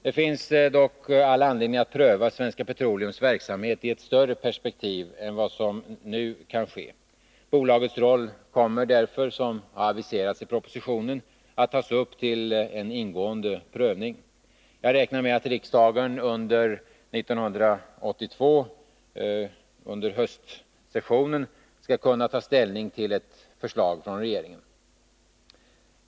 Det finns dock all anledning att pröva Svenska Petroleums verksamhet i ett större perspektiv än vad som nu kan ske. Bolagets roll kommer därför, som har aviserats i propositionen, att tas upp till ingående prövning. Jag räknar med att riksdagen 1982 under höstsessionen skall kunna ta ställning till ett förslag från regeringen.